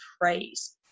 praise